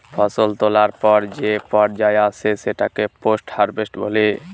ফসল তোলার পর যে পর্যায় আসে সেটাকে পোস্ট হারভেস্ট বলি